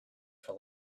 for